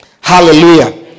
Hallelujah